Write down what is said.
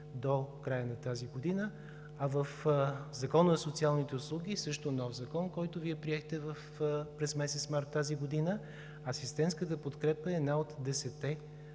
до края на тази година. А в Закона за социалните услуги, също нов закон, който Вие приехте през месец март тази година, асистентската подкрепа е една от десетте